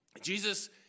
Jesus